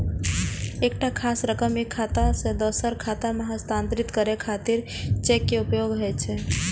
एकटा खास रकम एक खाता सं दोसर खाता मे हस्तांतरित करै खातिर चेक के उपयोग होइ छै